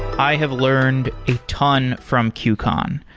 i have learned a ton from qcon.